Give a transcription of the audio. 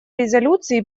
резолюции